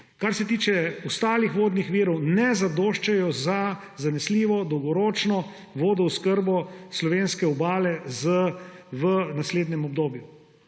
Kar se tiče ostalih vodnih virov, ne zadoščajo za zanesljivo dolgoročno vodo oskrbo slovenske Obale v naslednjem obdobju.